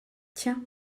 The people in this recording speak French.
tiens